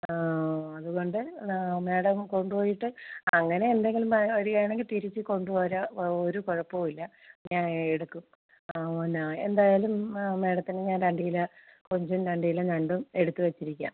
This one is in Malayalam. ആ അത്കൊണ്ട് ആ മേഡം കൊണ്ട് പോയിട്ട് അങ്ങനെ എന്തെങ്കിലും മ വരികയാണെങ്കിൽ തിരിച്ച് കൊണ്ട് പോരു ഒരു കുഴപ്പവുമില്ല ഞാൻ എടുക്കും ആ വന്നെ എന്തായാലും ആ മേഡത്തിന് ഞാൻ രണ്ട് കിലോ കൊഞ്ചും രണ്ട് കിലോ ഞണ്ടും എടുത്ത് വെച്ചിരിക്കാം